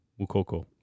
Mukoko